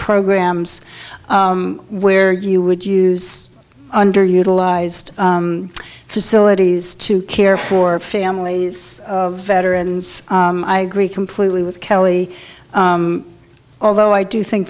programs where you would use underutilized facilities to care for families of veterans i agree completely with kelly although i do think